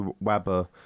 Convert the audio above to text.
Webber